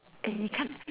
eh 你看 !aiya! 你看你后面你